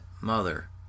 mother